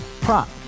prop